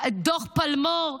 דוח פלמור,